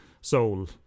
soul